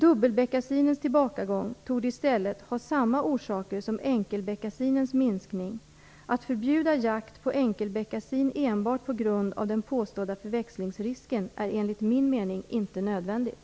Dubbelbeckasinens tillbakagång torde i stället ha samma orsaker som enkelbeckasinens minskning. Att förbjuda jakt på enkelbeckasin enbart på grund av den påstådda förväxlingsrisken är enligt min mening inte nödvändigt.